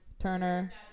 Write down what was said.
Turner